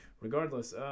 Regardless